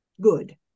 good